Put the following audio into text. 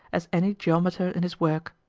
as any geometer in his work.